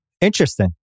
Interesting